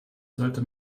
sollte